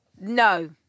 No